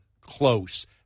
close